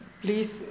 please